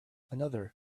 another